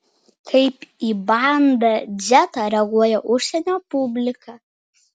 kaip į bandą dzetą reaguoja užsienio publika